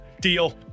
deal